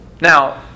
Now